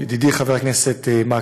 ידידי חבר הכנסת מקלב,